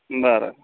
बरं